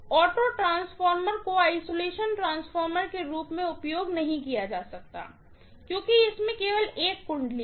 auto transformer को isolation transformer के रूप में उपयोग नहीं किया जा सकता है क्योंकि इसमें केवल एक वाइंडिंग है